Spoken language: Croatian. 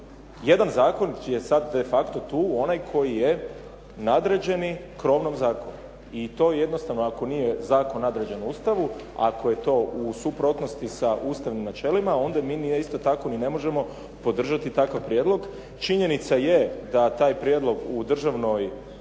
Jedan zakon čiji je sada de facto tu onaj koji je nadređeni krovnom zakonu. I to jednostavno ako nije zakon nadređen Ustavu, ako je to u suprotnosti sa ustavnim načelima, onda mi isto tako ni ne možemo podržati takav prijedlog. Činjenica je da taj prijedlog u državnoj